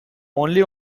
only